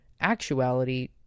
actuality